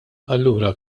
allura